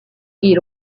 ils